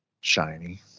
shiny